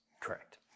Correct